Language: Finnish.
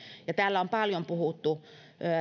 täällä on paljon puhuttu